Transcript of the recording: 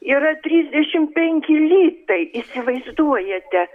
yra trisdešim penki litai įsivaizduojate